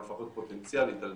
או לפחות פוטנציאלית על